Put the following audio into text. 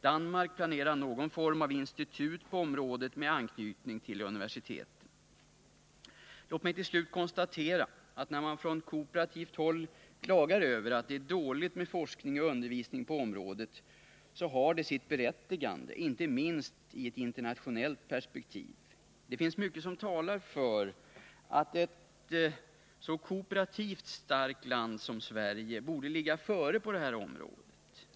Danmark planerar någon form av institut på området 141 Låt mig till slut konstatera att när man från kooperativt håll klagar över att det är dåligt med forskning och undervisning på området, så har det sitt berättigande — inte minst i ett internationellt perspektiv. Det finns mycket som talar för att ett så kooperativt starkt land som Sverige borde ligga före på det här området.